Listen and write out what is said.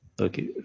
Okay